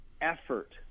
effort